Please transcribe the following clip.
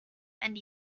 and